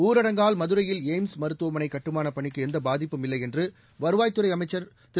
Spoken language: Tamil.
ஊரடங்கால் மதுரையில் எய்ம்ஸ் மருத்துவமனை கட்டுமானப் பணிக்கு எந்த பாதிப்பும் இல்லை வருவாய்த்துறை என்று அமைச்சர் திரு